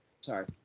Sorry